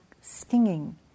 stinging